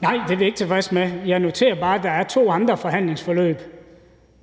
Nej, det er vi ikke tilfredse med, men jeg noterer bare, at der er to andre forhandlingsforløb,